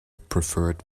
preferred